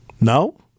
No